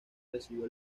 recibió